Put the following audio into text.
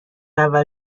اول